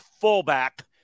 fullback